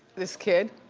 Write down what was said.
this kid,